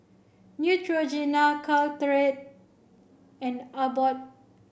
Neutrogena Caltrate and Abbott